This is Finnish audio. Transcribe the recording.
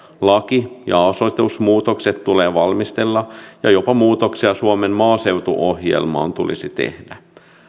laki ja asetusmuutokset tulee valmistella ja jopa muutoksia suomen maaseutuohjelmaan tulisi tehdä